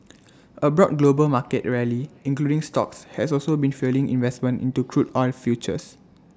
A broad global market rally including stocks has also been fuelling investment into crude oil futures